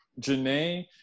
Janae